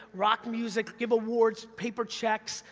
rock music, give awards, paper checks,